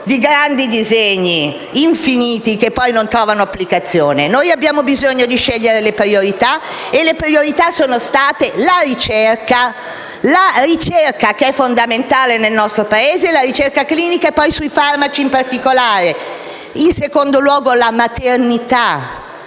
di grandi disegni infiniti che poi non trovano applicazione: bisogna scegliere le priorità, e le priorità sono state la ricerca, che è fondamentale nel nostro Paese (la ricerca clinica e poi quella sui farmaci in particolare) e, in secondo luogo, la maternità,